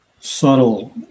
Subtle